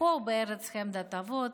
"פה בארץ חמדת אבות,